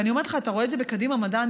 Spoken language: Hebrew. ואני אומרת לך, אתה רואה את זה בקדימה מדע.